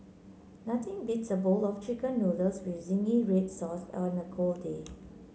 nothing beats a bowl of chicken noodles with zingy red sauce on a cold day